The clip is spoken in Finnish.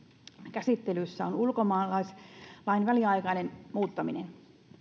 käsittelyssä on ulkomaalaislain väliaikainen muuttaminen